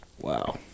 Wow